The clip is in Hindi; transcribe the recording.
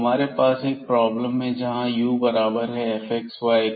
हमारे पास एक प्रॉब्लम है जहां u बराबर है fxy के